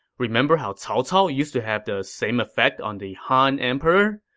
remember how cao cao used to have the same effect on the han emperor?